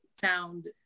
sound